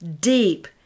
deep